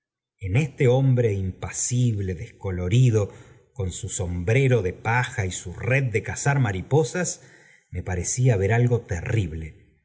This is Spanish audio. en este hombre impasible descolorido con su sombrero de paja y su red de cazar mariposas me parecía ver algo terrible